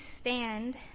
stand